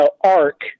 arc